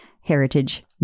heritage